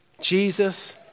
Jesus